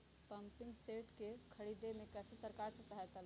Pumping set के ख़रीदे मे कैसे सरकार से सहायता ले?